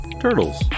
turtles